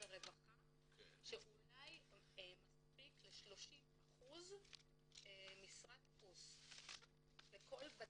הרווחה שמספיק אולי ל-30% משרת עו"ס בכל בת-ים.